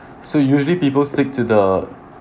so usually people stick to the